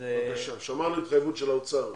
שמענו התחייבות של האוצר עכשיו.